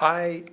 i